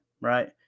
Right